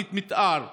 תוכנית מתאר חדשה,